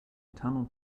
tunnel